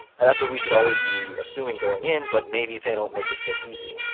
and that's what we should always be assuming going in, but maybe they don't make it so easy.